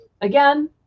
again